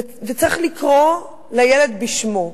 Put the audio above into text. וצריך לקרוא לילד בשמו,